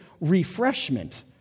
refreshment